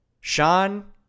sean